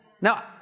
Now